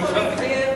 סגן השר,